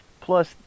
Plus